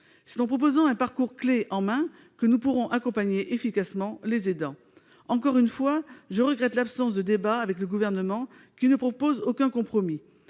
en proposant un parcours « clé en main » que nous pourrons accompagner efficacement les aidants. Encore une fois, je regrette l'absence de débat avec le Gouvernement qui ne propose aucun compromis.